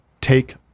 take